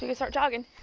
and start jogging